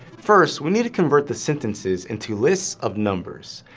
first, we need to convert the sentences into lists of numbers.